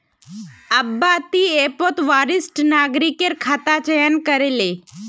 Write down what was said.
अब्बा ती ऐपत वरिष्ठ नागरिकेर खाता चयन करे ले